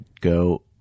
go